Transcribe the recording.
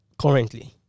currently